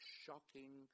shocking